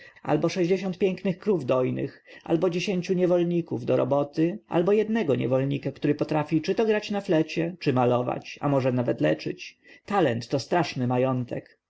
albo sześćdziesiąt pięknych krów dojnych albo dziesięciu niewolników do roboty albo jednego niewolnika który potrafi czy to grać na flecie czy malować a może nawet leczyć talent to straszny majątek